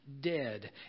Dead